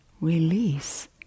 release